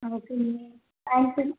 okay